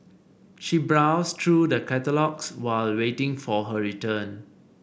she browsed through the catalogues while waiting for her return